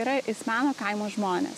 yra ispanų kaimo žmonės